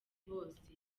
bose